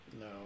No